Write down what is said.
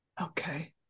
Okay